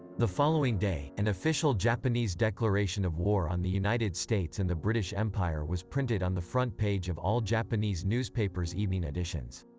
the following day, an official japanese declaration of war on the united states and the british empire was printed on the front page of all japanese newspapers' evening editions.